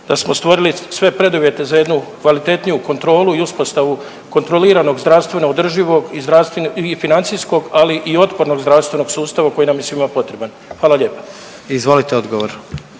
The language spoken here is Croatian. da smo stvorili sve preduvjete za jednu kvalitetniju kontrolu i uspostavu kontroliranog zdravstveno održivog i financijskog, ali i otpornog zdravstvenog sustava koji nam je svima potreban, hvala lijepa. **Jandroković,